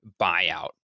buyout